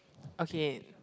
okay